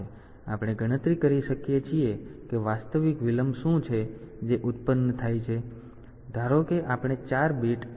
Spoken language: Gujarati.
તેથી આપણે ગણતરી કરી શકીએ છીએ કે વાસ્તવિક વિલંબ શું છે જે ઉત્પન્ન થાય છે